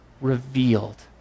revealed